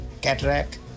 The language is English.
cataract